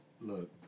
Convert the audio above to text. Look